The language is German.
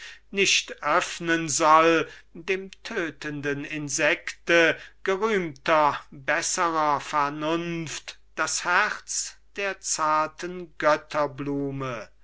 nicht öffnen soll dem tötenden insekte gerühmter besserer vernunft das herz der zarten